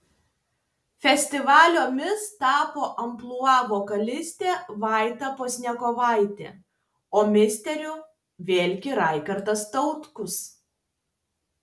festivalio mis tapo amplua vokalistė vaida pozniakovaitė o misteriu vėlgi raigardas tautkus